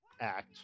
act